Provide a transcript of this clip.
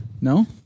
No